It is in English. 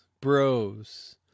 Bros